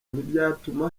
ntibyatuma